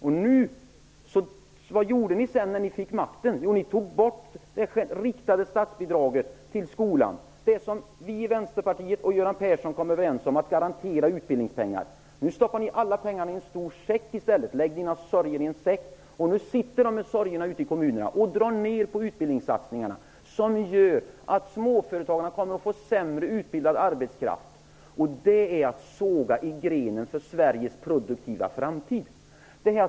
Men vad gjorde ni sedan när ni fick makten? Jo, ni tog bort det riktade statsbidraget till skolan, de utbildningspengar som vi i Vänsterpartiet och Göran Persson kom överens om att garantera skolan. Nu stoppar ni i stället alla pengarna i en stor säck -- lägg dina sorger i en säck! -- och nu sitter de ute i kommunerna med sorgerna och drar ner på utbildningssatsningarna. Följden blir att småföretagarna kommer att få sämre utbildad arbetskraft, och det är att såga i grenen för Sveriges produktiva framtid.